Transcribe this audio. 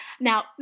Now